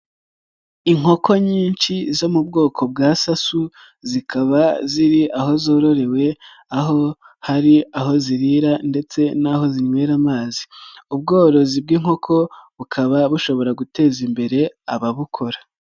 Inkoko nyinshi zo mu bwoko bwa sasu zikaba ziri aho zororewe, aho hari aho zirira ndetse n'aho zywera amazi, ubworozi bw'inkoko bukaba bushobora guteza imbere ababukora.